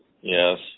Yes